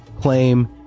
claim